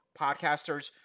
podcasters